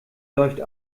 läuft